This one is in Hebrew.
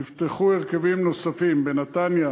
נפתחו הרכבים נוספים בנתניה,